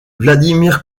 vladimir